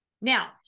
Now